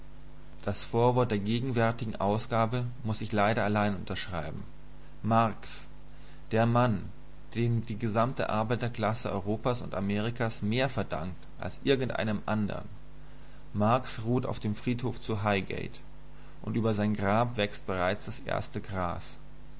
das vorwort zur gegenwärtigen ausgabe muß ich leider allein unterschreiben marx der mann dem die gesamte arbeiterklasse europas und amerikas mehr verdankt als irgendeinem andern marx ruht auf dem friedhof zu highgate und über sein grab wächst bereits das erste gras